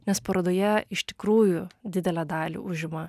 nes parodoje iš tikrųjų didelę dalį užima